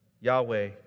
Yahweh